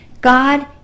God